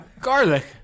Garlic